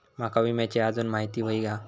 माका विम्याची आजून माहिती व्हयी हा?